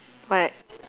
what